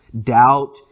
doubt